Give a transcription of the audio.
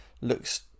looks